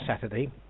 Saturday